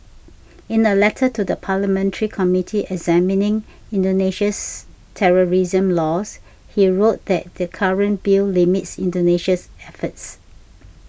in a letter to the parliamentary committee examining Indonesia's terrorism laws he wrote that the current bill limits Indonesia's efforts